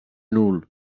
nul